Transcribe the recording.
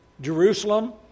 Jerusalem